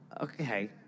Okay